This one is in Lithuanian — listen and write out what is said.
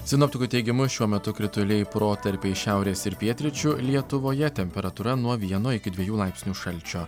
sinoptikų teigimu šiuo metu krituliai protarpiais šiaurės ir pietryčių lietuvoje temperatūra nuo vieno iki dviejų laipsnių šalčio